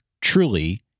truly